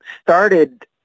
started